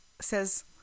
says